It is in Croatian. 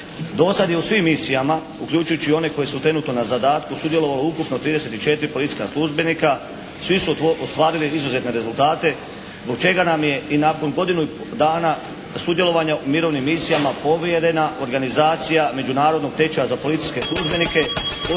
Do sada je u svim misijama uključujući i one koje su trenutno na zadatku sudjelovalo ukupno trideset i četiri policijska službenika, svi su ostvarili izuzetne rezultate zbog čega nam je i nakon godinu dana sudjelovanja u mirovnim misijama povjerena organizacija Međunarodnog tečaja za policijske službenike